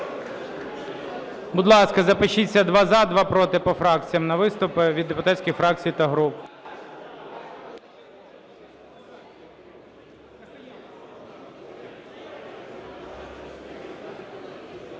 Будь ласка, запишіться: два – за, два – проти по фракціям, на виступи від депутатських фракцій та груп.